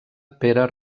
pere